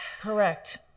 Correct